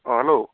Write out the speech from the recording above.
অঁ হেল্ল'